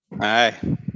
Hi